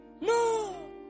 No